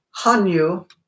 Hanyu